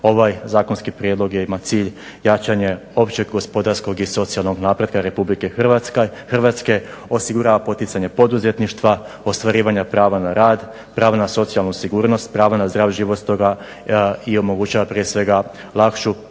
Ovaj zakonski prijedlog ima cilj jačanje općeg gospodarskog i socijalnog napretka RH, osigurava poticanje poduzetništva, ostvarivanje prava na rad, pravo na socijalnu sigurnost, pravo na zdrav život. Stoga omogućava prije svega lakšu